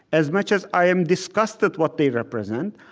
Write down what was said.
as much as i am disgusted, what they represent,